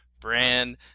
brand